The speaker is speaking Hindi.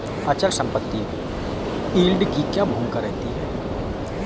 अचल संपत्ति में यील्ड की क्या भूमिका रहती है?